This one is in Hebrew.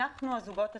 אנחנו הזוגות הצעירים,